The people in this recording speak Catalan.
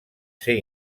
ser